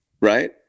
right